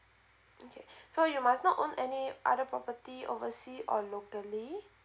okay so you must not own any other property overseas or locally